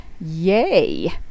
yay